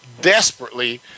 desperately